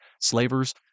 slavers